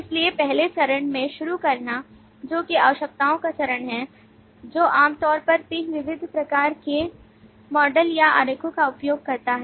इसलिए पहले चरण से शुरू करना जो कि आवश्यकताओं का चरण है जो आमतौर पर 3 विभिन्न प्रकार के मॉडल या आरेखों का उपयोग करता है